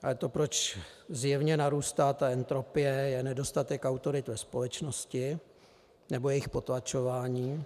Ale to, proč zjevně narůstá entropie, je nedostatek autorit ve společnosti nebo jejich potlačování.